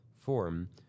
form